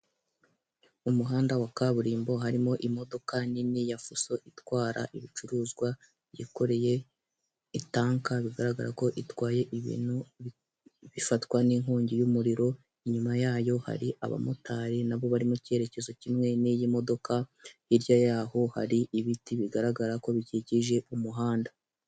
Umuhanda wa kaburimbo harimo imodoka nini ya fuso itwara ibicuruzwa yakoreye itanka, bigaragara ko itwaye ibintu bifatwa n'inkongi y'umuriro, inyuma yayo, hari abamotari nabo bari mu cyerekezo kimwe n'iyi modoka, hirya yaho hari ibiti bigaragara ko bikikije umuhanda.